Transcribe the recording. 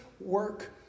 work